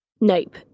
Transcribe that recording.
Nope